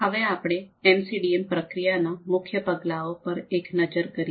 હવે આપણે એમસીડીએમ પ્રક્રિયાના મુખ્ય પગલાઓ પર એક નઝર કરીએ